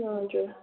हजुर